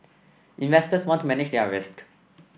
investors want to manage their risk